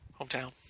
hometown